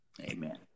Amen